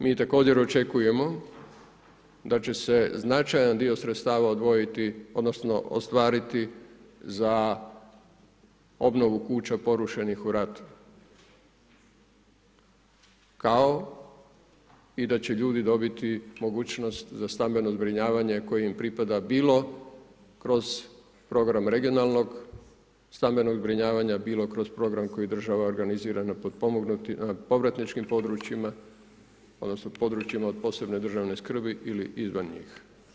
Mi također očekujemo da će se značajan dio sredstava odvojiti odnosno ostvariti za obnovu kuća porušenih u ratu, kao i da će ljudi dobiti mogućnost za stambeno zbrinjavanje koje im pripada, bilo kroz program regionalnog stambenog zbrinjavanja, bilo kroz program koji država organizira na povratničkim područjima odnosno područjima od posebne državne skrbi ili izvan njih.